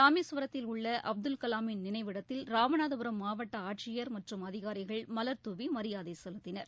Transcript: ரமேஸ்வரத்தில் உள்ள அப்துல்கலாமின் நினைவிடத்தில் ராமநாதபுரம் மாவட்ட ஆட்சியர் மற்றும் அதிகாரிகள் மலர்தூவி மரியாதை செலுத்தினர்